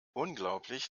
unglaublich